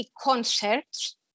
concerts